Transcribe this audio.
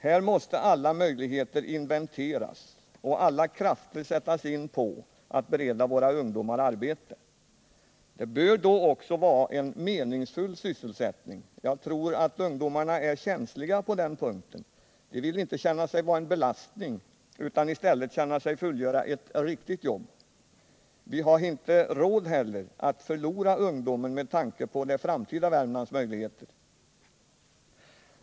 Här måste alla möjligheter inventeras och alla krafter sättas in för att bereda våra ungdomar arbete. Det bör då också vara en meningsfull sysselsättning. Jag tror att ungdomarna är känsliga på den punkten — de vill inte känna sig vara en belastning utan i stället känna att de fullgör ett riktigt jobb. Vi har inte heller råd att förlora ungdomen, med tanke på det framtida Värmlands möjligheter.